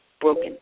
broken